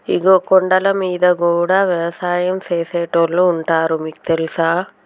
ఇగో కొండలమీద గూడా యవసాయం సేసేటోళ్లు ఉంటారు నీకు తెలుసా